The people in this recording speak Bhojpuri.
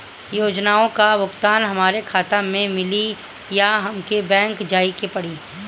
योजनाओ का भुगतान हमरे खाता में मिली या हमके बैंक जाये के पड़ी?